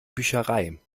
bücherei